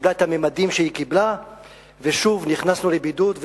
קיבלה את הממדים שהיא קיבלה ושוב נכנסנו לבידוד.